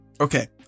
Okay